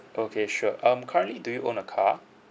okay sure um currently do you own a car